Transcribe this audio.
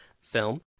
film